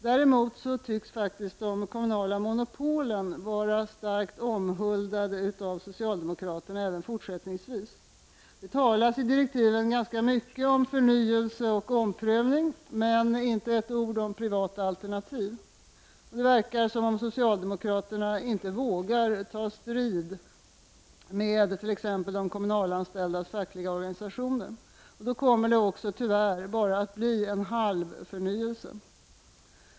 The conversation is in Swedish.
Däremot tycks de kommunala monopolen fortfarande vara starkt omhuldade av socialdemokra terna. I utredningsdirektiven talas mycket om förnyelse och omprövning, men inte ett ord om privata alternativ. Det verkar som om socialdemokraterna helt enkelt inte vågar ta strid med t.ex. de kommunalanställdas fackliga organisationer. Då blir det också tyvärr bara en halv förnyelse.